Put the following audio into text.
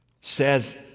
says